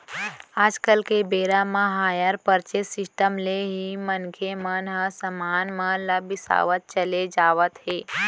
आज के बेरा म हायर परचेंस सिस्टम ले ही मनखे मन ह समान मन ल बिसावत चले जावत हे